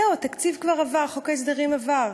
זהו, התקציב כבר עבר, חוק ההסדרים עבר,